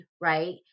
right